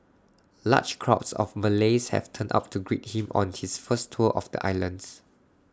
large crowds of Malays had turned up to greet him on his first tour of the islands